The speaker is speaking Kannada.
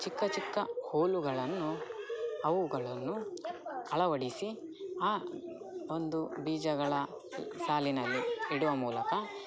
ಚಿಕ್ಕ ಚಿಕ್ಕ ಹೋಲುಗಳನ್ನು ಅವುಗಳನ್ನು ಅಳವಡಿಸಿ ಆ ಒಂದು ಬೀಜಗಳ ಸಾಲಿನಲ್ಲಿ ಇಡುವ ಮೂಲಕ